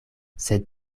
sed